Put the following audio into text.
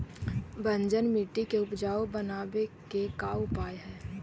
बंजर मट्टी के उपजाऊ बनाबे के का उपाय है?